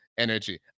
energy